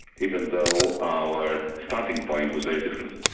even though our starting point was very different.